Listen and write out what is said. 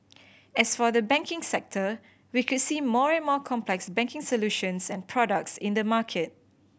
as for the banking sector we could see more and more complex banking solutions and products in the market